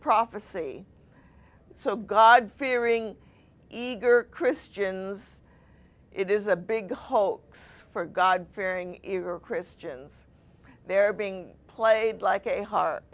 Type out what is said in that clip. prophecy so god fearing eager christians it is a big hoax for god fearing christians they're being played like a har